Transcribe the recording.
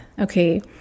Okay